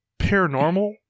paranormal